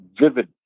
vivid